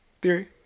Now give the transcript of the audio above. theory